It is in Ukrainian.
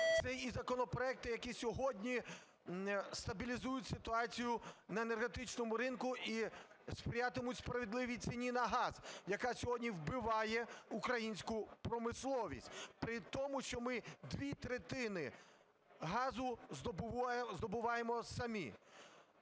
це і законопроекти, які сьогодні стабілізують ситуацію на енергетичному ринку і сприятимуть справедливій ціні на газ, яка сьогодні вбиває українську промисловість при тому, що ми дві третини газу здобуваємо самі.